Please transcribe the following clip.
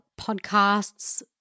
podcasts